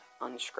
unscripted